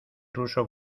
ruso